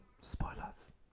Spoilers